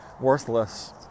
worthless